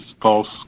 false